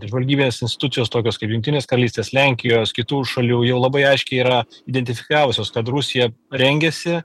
žvalgybinės institucijos tokios kaip jungtinės karalystės lenkijos kitų šalių jau labai aiškiai yra identifikavusios kad rusija rengiasi